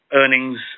earnings